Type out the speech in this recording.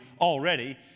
already